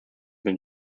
been